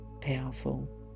Powerful